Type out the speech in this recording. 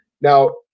Now